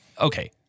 Okay